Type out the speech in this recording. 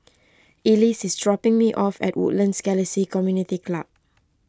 Elise is dropping me off at Woodlands Galaxy Community Club